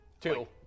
Two